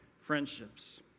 friendships